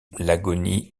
l’agonie